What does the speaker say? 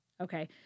okay